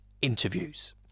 interviews